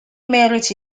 marriage